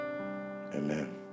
amen